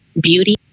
beauty